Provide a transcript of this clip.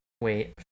wait